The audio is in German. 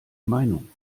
meinung